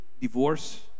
divorce